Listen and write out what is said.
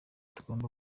tugomba